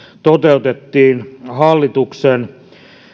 toteutettiin hallituksen